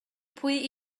pwy